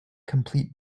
complete